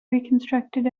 reconstructed